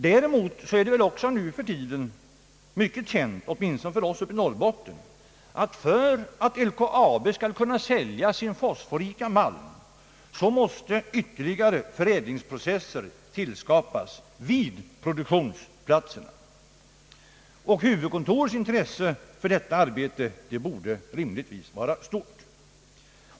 Däremot är det också nu för tiden, åtminstone för oss uppe i Norrbotten, väl känt att för att LKAB skall kunna sälja sin fosforrika malm måste ytterligare förädlingsprocesser skapas vid produktionsplatserna. Huvudkontorets intresse för detta arbete borde rimligtvis vara stort.